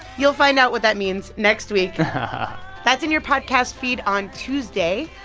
you'll find out what that means next week that's in your podcast feed on tuesday.